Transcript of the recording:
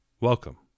Welcome